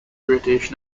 british